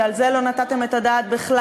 שעל זה לא נתתם את הדעת בכלל,